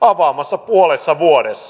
avaamassa puolessa vuodessa